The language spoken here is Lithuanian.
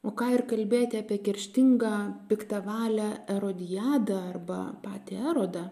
o ką ir kalbėti apie kerštingą piktavalę erodijadą patį erodą